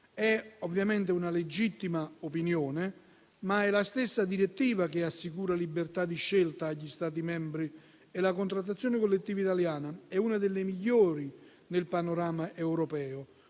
È ovviamente una legittima opinione, ma è la stessa direttiva che assicura la libertà di scelta agli Stati membri e la contrattazione collettiva italiana è una delle migliori nel panorama europeo,